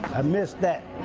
i missed that.